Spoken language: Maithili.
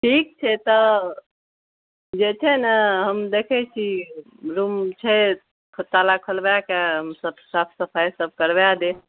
ठीक छै तऽ जे छै ने हम देखै छी रूम छै ताला खोलबाके हमसब साफ सफाइ सब करबा देब